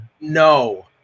No